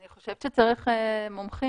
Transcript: אני חושבת שצריך מומחים.